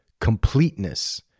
completeness